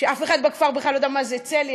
ואף אחד בכפר בכלל לא יודע מה זה צליאק,